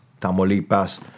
Tamaulipas